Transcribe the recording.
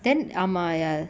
then ஆமா:aama ya